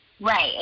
Right